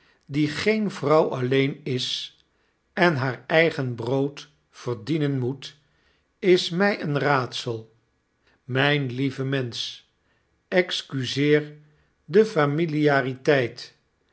die geen vrouw alleenis rn haar eigen brood verdienen moet is mgeen raadsel mgn iieve mensch excuseer de familiariteit